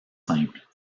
simples